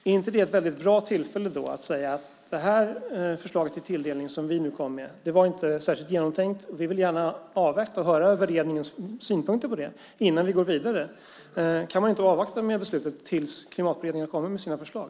Är inte det ett väldigt bra tillfälle att säga att det här förslaget om tilldelning som man nu kommit med inte var särskilt genomtänkt och att man gärna vill avvakta och höra beredningens synpunkter på det innan man går vidare? Kan man inte avvakta med beslutet tills klimatberedningen har kommit med sina förslag?